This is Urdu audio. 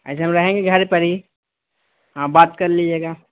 ایسے ہم رہیں گے گھر پر ہی ہاں بات کر لیجیے گا